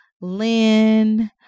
lynn